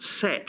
set